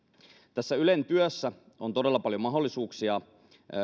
tässä ylen työssä on todella paljon mahdollisuuksia